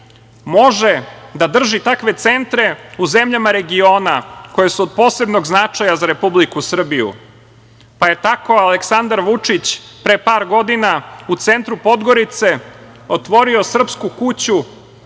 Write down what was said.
može da drži takve centre u zemljama regiona, koje su od posebnog značaja za Republiku Srbiju, pa je tako Aleksandar Vučić pre par godina, u centru Podgorice otvorio Srpsku kuću,